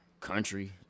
country